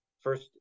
first